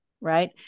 Right